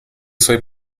suoi